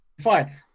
Fine